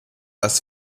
das